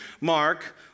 Mark